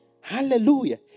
Hallelujah